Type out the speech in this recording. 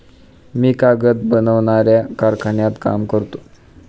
मी कागद बनवणाऱ्या कारखान्यात काम करतो